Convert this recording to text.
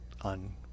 on